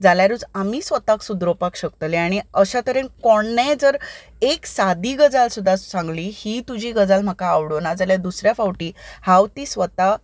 जाल्यारूच आमी स्वताक सुदरोवपाक शकतले आनी अश्या तरेन कोणेंय जर एक सादी गजाल सुद्दां सांगली ही तुजी गजाल म्हाका आवडुना जाल्यार दुसऱ्या फावटी हांव ती स्वता